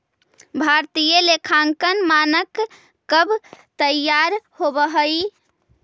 भारतीय लेखांकन मानक कब तईयार होब हई?